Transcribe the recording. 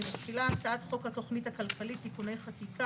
אני מתחילה: הצעת חוק התכנית הכלכלית (תיקוני חקיקה